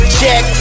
check